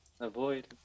Avoid